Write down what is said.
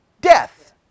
death